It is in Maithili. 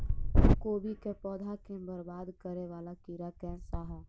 कोबी केँ पौधा केँ बरबाद करे वला कीड़ा केँ सा है?